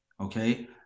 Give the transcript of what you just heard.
Okay